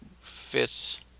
fits